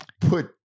put